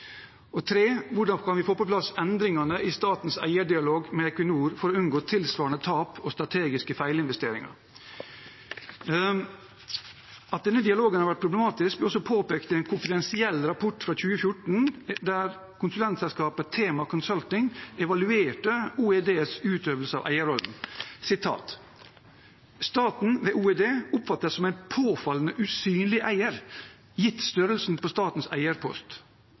Hvordan kan vi få på plass endringene i statens eierdialog med Equinor for å unngå tilsvarende tap og strategiske feilinvesteringer? At denne dialogen har vært problematisk, ble også påpekt i en konfidensiell rapport fra 2014, der konsulentselskapet THEMA Consulting evaluerte OEDs utøvelse av eierrollen: Staten, ved OED, oppfattes som en påfallende usynlig eier, gitt størrelsen på statens eierpost.